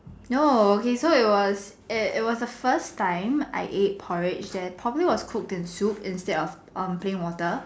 no okay so it was the it was the first time I ate porridge that probably was cooked in soup instead of plain water